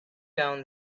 down